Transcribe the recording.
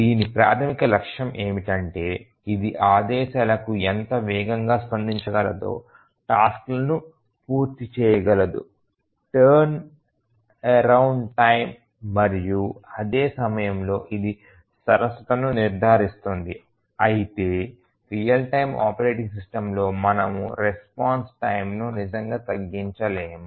దీని ప్రాథమిక లక్ష్యం ఏమిటంటే ఇది ఆదేశాలకు ఎంత వేగంగా స్పందించగలదో టాస్క్ లను పూర్తి చేయగలదు టర్నరౌండ్ టైమ్ మరియు అదే సమయంలో ఇది సరసతను నిర్ధారిస్తుంది అయితే రియల్ టైమ్ ఆపరేటింగ్ సిస్టమ్లో మనము రెస్పాన్స్ టైమ్ ను నిజంగా తగ్గించలేము